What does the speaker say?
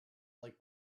like